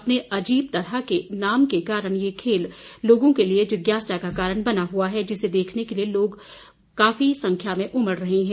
अपने अजीब तरह के नाम के कारण ये खेल लोगों के लिए जिज्ञासा का कारण बना हुआ है जिसे देखने के लिए लोगों की काफी भीड़ उमड़ रही है